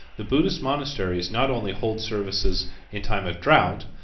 the buddhist monasteries not only hold services in time of drought,